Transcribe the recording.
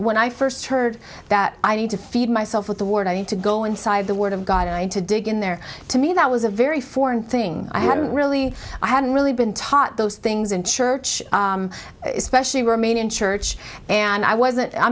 when i first heard that i need to feed myself with the word i had to go inside of the word of god to dig in there to me that was a very foreign thing i hadn't really i hadn't really been taught those things in church especially remain in church and i wasn't i